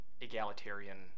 egalitarian